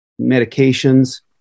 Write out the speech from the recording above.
medications